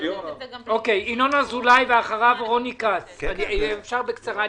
ינון אזולאי ואחריו רון כץ, אם אפשר בקצרה.